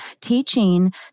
teaching